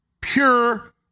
pure